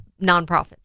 nonprofits